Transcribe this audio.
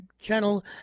channel